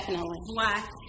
black